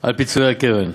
על פיצויי הקרן.